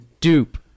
Dupe